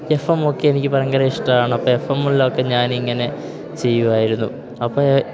F M ഒക്കെ എനിക്ക് ഭയങ്കര ഇഷ്ടമാണ് അപ്പം എഫ് എം ഉള്ളതൊക്കെ ഞാനിങ്ങനെ ചെയ്യുമായിരുന്നു അപ്പേ